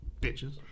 Bitches